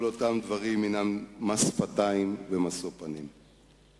שכל אותם דברים הם מס שפתיים ומשוא פנים.